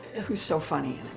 who's so funny